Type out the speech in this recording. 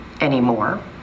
anymore